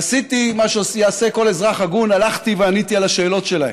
עשיתי מה שיעשה כל אזרח הגון: הלכתי ועניתי על השאלות שלהם.